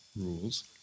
rules